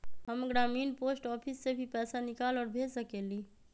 हम ग्रामीण post office से भी पैसा निकाल और भेज सकेली?